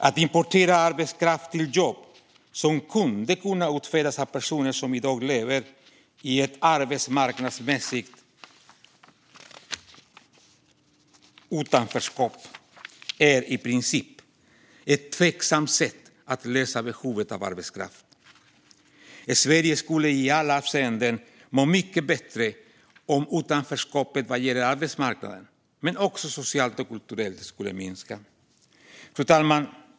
Att importera arbetskraft till jobb som borde kunna utföras av personer som i dag lever i ett arbetsmarknadsmässigt utanförskap är i princip ett tveksamt sätt att lösa behovet av arbetskraft. Sverige skulle i alla avseenden må mycket bättre om utanförskapet vad gäller arbetsmarknaden men också socialt och kulturellt skulle minska. Fru talman!